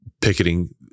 picketing